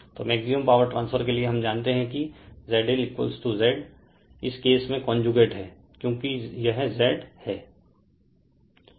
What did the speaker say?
तो maximum power transfer के लिए हम जानते हैं कि ZL z रेफेर टाइम 3602 इस केस में कोंजूगेट हैं क्योंकि यह Z रेफेर टाइम 3604 है